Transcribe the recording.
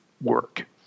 work